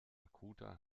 akuter